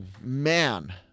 Man